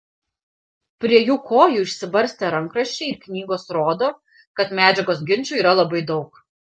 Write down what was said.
prie jų kojų išsibarstę rankraščiai ir knygos rodo kad medžiagos ginčui yra labai daug